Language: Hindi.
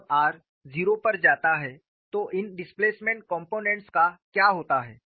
जब r 0 पर जाता है तो इन डिस्प्लेसमेंट कॉम्पोनेंट्स का क्या होता है